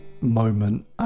moment